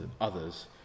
others